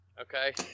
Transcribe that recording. okay